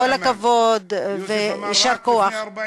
כל הכבוד ויישר כוח.) יוסף אמר שרק